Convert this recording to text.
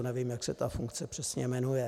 Nevím, jak se ta funkce přesně jmenuje.